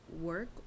work